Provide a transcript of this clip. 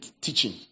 teaching